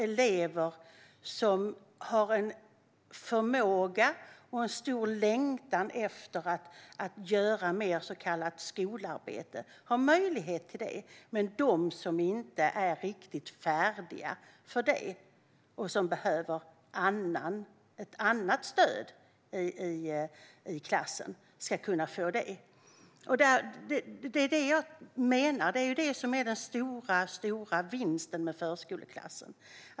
Elever som har en förmåga och en stor längtan efter att göra mer så kallat skolarbete bör få möjlighet till det, men de som inte är riktigt färdiga för det och behöver annat stöd i klassen ska kunna få det. Det är det som jag menar är den stora vinsten med förskoleklassen.